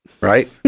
right